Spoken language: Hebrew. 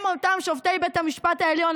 הם אותם שופטי בית המשפט העליון.